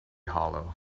hollow